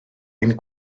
ein